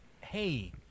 hey